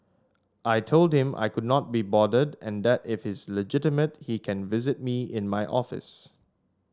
I told him I could not be bothered and that if he's legitimate he can visit me in my office